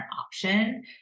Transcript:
option